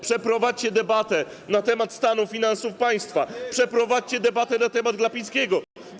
Przeprowadźcie debatę na temat stanu finansów państwa, przeprowadźcie debatę na temat Glapińskiego.